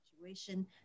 situation